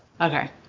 okay